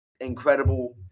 Incredible